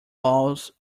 laws